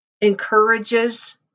encourages